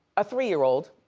a three-year-old.